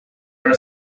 are